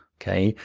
okay?